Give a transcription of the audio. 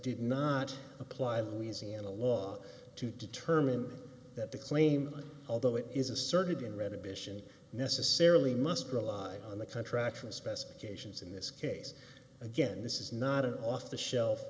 did not apply louisiana law to determine that the claim although it is asserted in red bishan necessarily must rely on the contract with specifications in this case again this is not an off the shelf